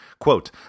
Quote